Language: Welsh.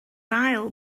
ail